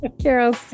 Carol